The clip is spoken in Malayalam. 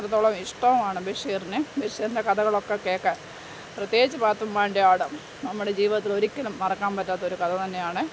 അത്രത്തോളം ഇഷ്ടവുമാണ് ബഷീറിനെ ബഷീറിൻ്റെ കഥകളൊക്കെ കേൾക്കാൻ പ്രത്യേകിച്ച് പാത്തുമ്മാൻ്റെ ആട് നമ്മുടെ ജീവിതത്തിലൊരിക്കലും മറക്കാൻ പറ്റാത്തൊരു കഥ തന്നെയാണ്